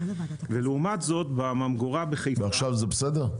ולעומת זאת בממגורה בחיפה- -- ועכשיו זה בסדר?